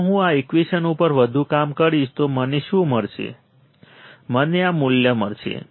જો હું આ ઈકવેશન ઉપર વધુ કામ કરીશ તો મને શું મળશે મને આ મૂલ્ય મળશે